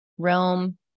realm